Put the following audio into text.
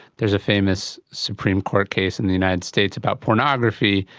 there's a famous supreme court case in the united states about pornography,